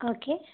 okay